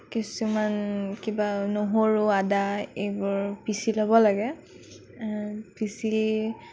কিছুমান কিবা নহৰু আদা এইবোৰ পিচি ল'ব লাগে পিচি